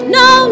no